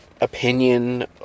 opinion